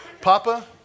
Papa